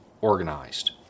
organized